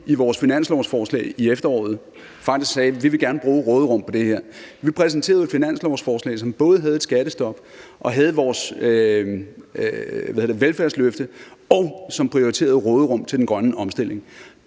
i vores finanslovsforslag i efteråret faktisk sagde, at vi gerne ville bruge råderum på det her. Vi præsenterede et finanslovsforslag, som både indeholdt et skattestop og indeholdt vores velfærdsløfte, og som prioriterede råderum til den grønne omstilling.